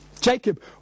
Jacob